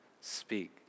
speak